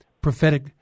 prophetic